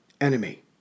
enemy